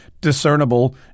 discernible